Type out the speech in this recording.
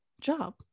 job